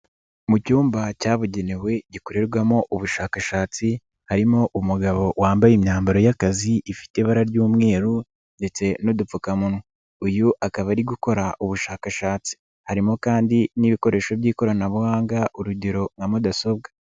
Mu cyumba cyabugenewe gikorerwamo ubushakashatsi harimo umugabo wambaye imyambaro y'akazi ifite ibara ry'umweru ndetse n'udupfukamunwa uyu akaba ari gukora ubushakashatsi harimo kandi n'ibikoresho by'ikoranabuhanga urugero nka mudasobwa.